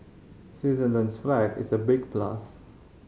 Switzerland's flag is a big plus